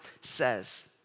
says